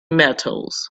metals